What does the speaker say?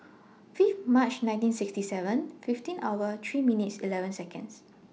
Fifth March nineteen sixty seven fifteen hour three minutes eleven Seconds